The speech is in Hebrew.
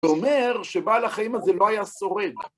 זה אומר, שבעל החיים הזה לא היה שורד.